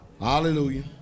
hallelujah